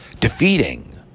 defeating